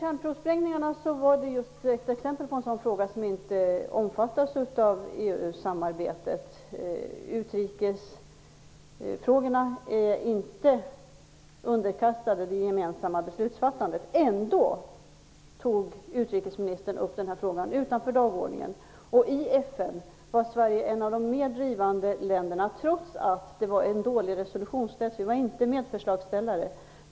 Kärnprovsprängningarna är ett exempel på en fråga som inte omfattas av EU-samarbetet. Utrikesfrågorna är inte underkastade det gemensamma beslutsfattandet. Ändå har utrikesministern tagit upp denna fråga, utanför dagordningen. I FN har Sverige varit en av de mer drivande länderna i denna fråga, trots att resolutionen var dålig och trots att Sverige inte var medförslagsställare.